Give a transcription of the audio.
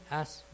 ask